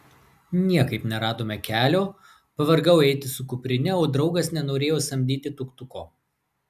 niekaip neradome kelio pavargau eiti su kuprine o draugas nenorėjo samdyti tuk tuko